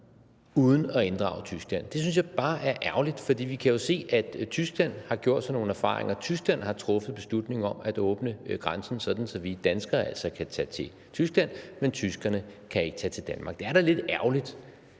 uden at inddrage Tyskland. Det synes jeg bare er ærgerligt, for vi kan jo se, at Tyskland har gjort sig nogle erfaringer. Tyskland har truffet beslutning om at åbne grænsen, sådan at vi danskere altså kan tage til Tyskland, men tyskerne kan ikke tage til Danmark. Det er da lidt ærgerligt.